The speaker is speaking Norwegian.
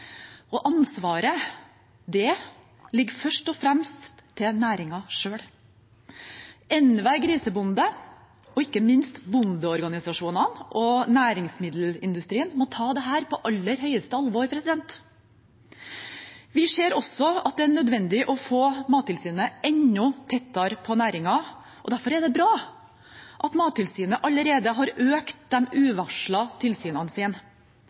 Ansvaret ligger først og fremst til næringen selv. Enhver grisebonde, og ikke minst bondeorganisasjonene og næringsmiddelindustrien, må ta dette på aller høyeste alvor. Vi ser også at det er nødvendig å få Mattilsynet enda tettere på næringen. Derfor er det bra at Mattilsynet allerede har økt de uvarslede tilsynene